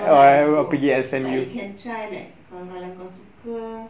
no lah go but you can try like kalau kalau kau suka